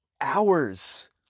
hours